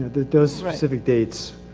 those specific dates.